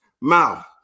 mouth